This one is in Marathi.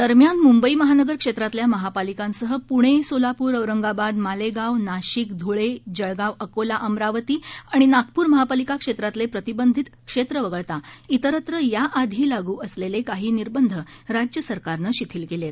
दरम्यान मुंबई महानगर क्षेत्रातल्या महापालिकांसह पुणे सोलापूर औरंगाबाद मालेगाव नाशिक धुळे जळगाव अकोला अमरावती आणि नागपूर महापालिका क्षेत्रातले प्रतिबंधित क्षेत्र वगळता इतरत्र याआधी लागू असलेले काही निर्बंध राज्यसरकारनं शिथील केले आहेत